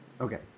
okay